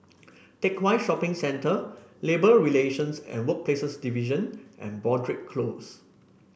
Teck Whye Shopping Centre Labour Relations and Workplaces Division and Broadrick Close